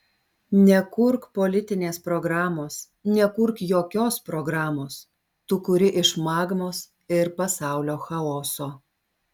nekurk politinės programos nekurk jokios programos tu kuri iš magmos ir pasaulio chaoso